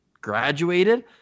graduated